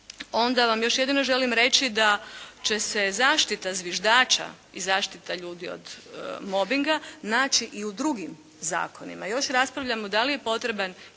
onda vam još jedino želim reći da će se zaštita zviždača i zaštita ljudi od mobinga naći i u drugim zakonima. Još raspravljamo da li je potreban